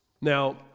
Now